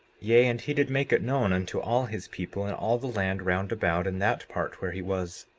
yea, and he did make it known unto all his people, in all the land round about in that part where he was,